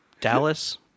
Dallas